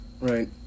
right